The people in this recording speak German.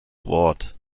wort